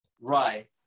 Right